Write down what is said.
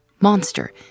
Monster